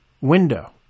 window